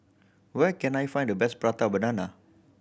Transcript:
where can I find the best Prata Banana